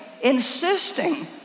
insisting